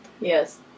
Yes